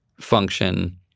function